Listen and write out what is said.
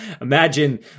imagine